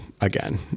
again